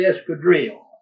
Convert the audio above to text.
Escadrille